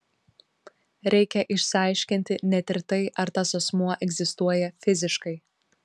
reikia išsiaiškinti net ir tai ar tas asmuo egzistuoja fiziškai